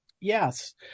Yes